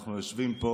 ואנחנו יושבים פה